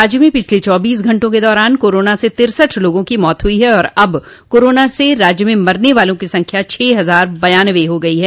राज्य में पिछले चौबीस घंटों के दौरान कोरोना से तिरसठ लोगों की मौत हुई है और अब कोरोना से राज्य में मरने वालों की संख्या छह हजार बाननवे हो गई है